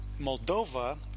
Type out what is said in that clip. Moldova